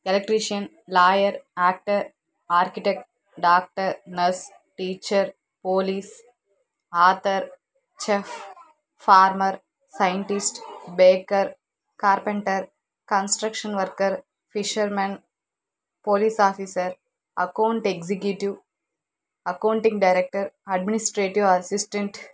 electrician lawyer actor architect doctor nurse teacher police author chef porter scientist baker carpenter construction worker fisherman police officer account executive accounting director administrative assistant